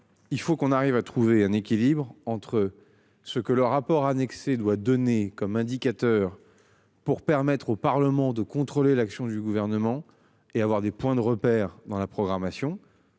il faut qu'on arrive à trouver un équilibre entre ce que le rapport annexé doit donner comme indicateur. Pour permettre au Parlement de contrôler l'action du gouvernement et avoir des points de repère dans la programmation.